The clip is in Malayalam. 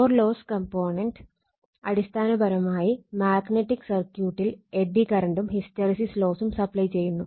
കോർ ലോസ് കംപോണന്റ് അടിസ്ഥാനപരമായി മാഗ്നറ്റിക് സർക്യൂട്ടിൽ എഡ്ഡി കറണ്ടും ഹിസ്റ്ററെസിസ് ലോസും സപ്ലൈ ചെയ്യുന്നു